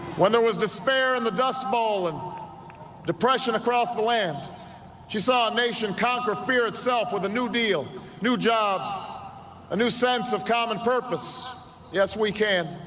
when there was this fair and the dust bowl and depression across the lamb she saw a nation conquer fear itself with a new deal new jobs a new sense of common purpose yes we can